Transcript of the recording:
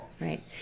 right